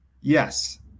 Yes